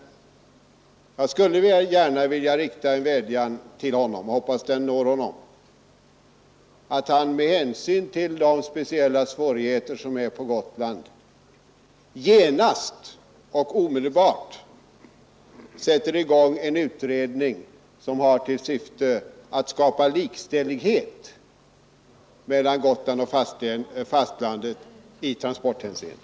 Jag skulle gärna vilja rikta en vädjan till honom — jag hoppas att den även når honom — att han med hänsyn till de speciella svårigheter som råder på Gotland genast och omedelbart sätter i gång en utredning som har till syfte att skapa likställighet mellan Gotland och fastlandet i transporthänseende.